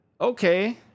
Okay